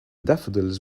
daffodils